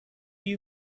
you